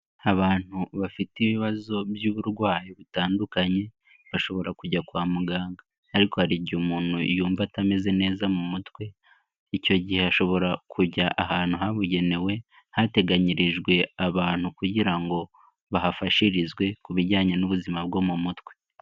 Abantu bafite ibibazo by'uburwayi butandukanye, bashobora kujya kwa muganga ariko hari igihe umuntu yumva atameze neza mu mutwe, icyo gihe ashobora kujya ahantu habugenewe, hateganyirijwe abantu kugira ngo bahafashirizwe, ku bijyanye n'ubuzima bwo mu mutwe.